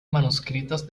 manuscritos